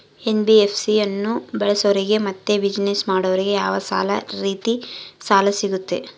NBFC ಅನ್ನು ಬಳಸೋರಿಗೆ ಮತ್ತೆ ಬಿಸಿನೆಸ್ ಮಾಡೋರಿಗೆ ಯಾವ ರೇತಿ ಸಾಲ ಸಿಗುತ್ತೆ?